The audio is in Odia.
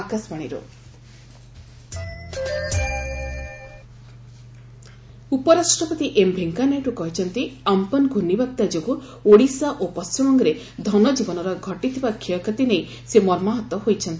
ଭିପି ଅମ୍ପନ ଉପରାଷ୍ଟ୍ରପତି ଭେଙ୍କେୟା ନାଇଡୁ କହିଛନ୍ତି ଅମ୍ପନ ପୂର୍ଣ୍ଣିବାତ୍ୟା ଯୋଗୁଁ ଓଡ଼ିଶା ଓ ପଣ୍ଢିମବଙ୍ଗରେ ଧନଜୀବନର ଘଟିଥିବା କ୍ଷୟକ୍ଷତି ନେଇ ସେ ମର୍ମାହତ ହୋଇଛନ୍ତି